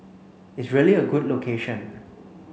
it's really a good location